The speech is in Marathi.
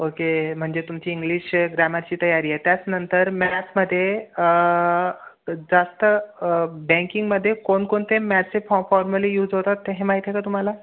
ओके म्हणजे तुमची इंग्लिश ग्रामरची तयारी आहे त्याच्यानंतर मॅथ्समध्ये जास्त बँकिंगमध्ये कोणकोणते मॅथ्सचे फॉ फॉर्मुले यूज होतात ते हे माहीत आहे का तुम्हाला